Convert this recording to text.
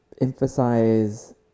emphasize